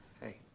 Hey